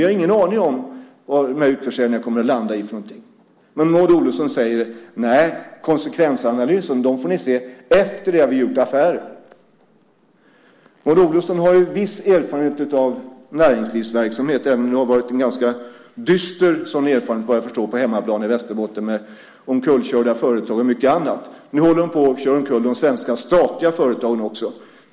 Vi har ingen aning om vad utförsäljningen kommer att landa i. Maud Olofsson säger: Konsekvensanalysen får ni se efter det att vi har gjort affären. Maud Olofsson har ju viss erfarenhet av näringslivsverksamhet, även om det, såvitt jag förstår, har varit en ganska dyster erfarenhet på hemmaplan i Västerbotten med omkullkörda företag och annat. Nu håller Maud Olofsson på att köra omkull de statliga svenska företagen också.